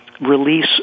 release